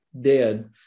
dead